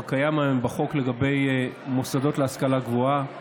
קיים היום בחוק לגבי מוסדות להשכלה גבוהה